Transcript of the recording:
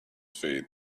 feet